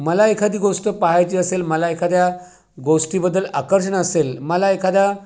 मला एखादी गोष्ट पहायची असेल मला एखाद्या गोष्टीबद्दल आकर्षण असेल मला एखाद्या